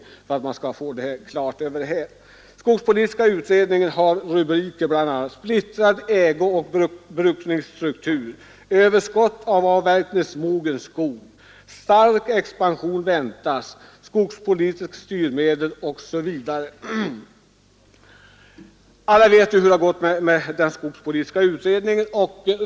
Skogspolitiska utredningens betänkande innehåller bl.a. följande rubriker: Splittrad ägooch brukningsstruktur, Överskott av avverkningsmogen skog, Stark expansion väntas, Skogspolitiskt styrmedel osv. Alla vet hur det har gått med den skogspolitiska utredningen.